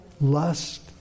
lust